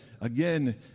again